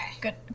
Good